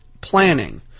planning